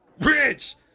Rich